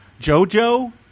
JoJo